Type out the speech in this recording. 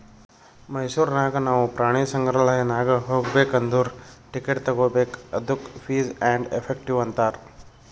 ಮೈಸೂರ್ ನಾಗ್ ನಾವು ಪ್ರಾಣಿ ಸಂಗ್ರಾಲಯ್ ನಾಗ್ ಹೋಗ್ಬೇಕ್ ಅಂದುರ್ ಟಿಕೆಟ್ ತಗೋಬೇಕ್ ಅದ್ದುಕ ಫೀಸ್ ಆ್ಯಂಡ್ ಎಫೆಕ್ಟಿವ್ ಅಂತಾರ್